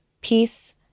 peace